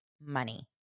money